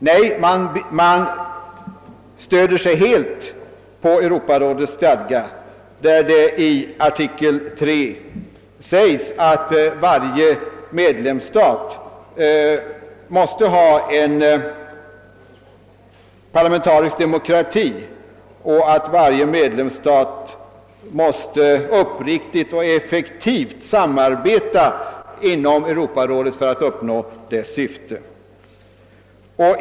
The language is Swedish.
Nej, man stöder sig helt på Europarådets stadga, där det i artikel 3 sägs att varje medlemsstat måste ha en parlamentarisk demokrati och uppriktigt och effektivt måste samarbeta inom Europarådet för att uppnå dess syfte.